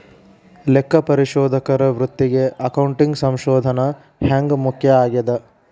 ಲೆಕ್ಕಪರಿಶೋಧಕರ ವೃತ್ತಿಗೆ ಅಕೌಂಟಿಂಗ್ ಸಂಶೋಧನ ಹ್ಯಾಂಗ್ ಮುಖ್ಯ ಆಗೇದ?